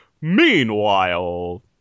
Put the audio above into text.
Meanwhile